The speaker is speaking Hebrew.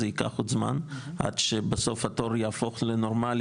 זה ייקח עוד זמן עד שבסוף התור יהפוך לנורמלי